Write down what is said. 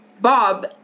Bob